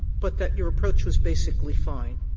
but that your approach was basically fine.